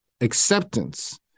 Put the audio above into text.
acceptance